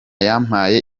yampaye